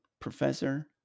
professor